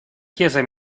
chiesa